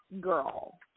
Girl